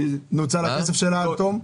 נוצל הכסף שלה עד תום?